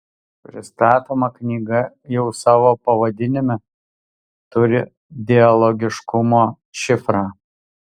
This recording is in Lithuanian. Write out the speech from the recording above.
pristatoma knyga jau savo pavadinime turi dialogiškumo šifrą